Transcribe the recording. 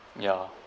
yeah